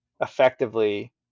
effectively